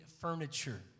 furniture